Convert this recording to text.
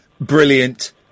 brilliant